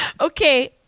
Okay